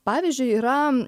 pavyzdžiui yra